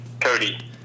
Cody